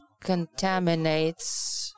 contaminates